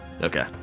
Okay